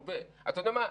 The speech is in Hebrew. אתה יודע מה?